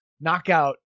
knockout